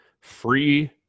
free